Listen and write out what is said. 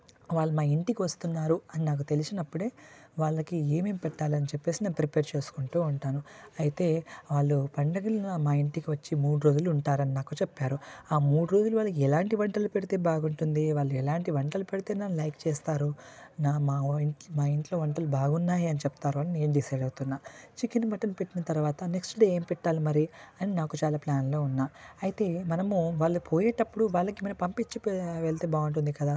వాళ్ళు మా ఇంటికి వస్తున్నారు అని నాకు తెలిసినప్పుడు వాళ్ళకి ఏమేమి పెట్టాలి అని చెప్పేసి నిన్ను ప్రిపేర్ చేసుకుంటు ఉంటాను అయితే వాళ్ళు పండగలలో మా ఇంటికి వచ్చి మూడు రోజులు ఉంటారని నాకు చెప్పారు ఆ మూడు రోజులు వాళ్ళకి ఎలాంటి వంటలు పెడితే బాగుంటుంది వాళ్ళు ఎలాంటి వంటలు పెడితే నన్ను లైక్ చేస్తారు నా మా మా ఇంట్లో వంటలు బాగున్నాయని చెప్తారని నేను డిసైడ్ అవుతున్న చికెన్ మటన్ పెట్టిన తర్వాత నెక్స్ట్ డే ఏం పెట్టాలి మరి నాకు చాలా ప్లాన్లో ఉన్న అయితే మనము వాళ్ళు పోయేటప్పుడు వాళ్ళకి మనం పప్పు ఇచ్చి వెళ్తే బాగుంటుంది కదా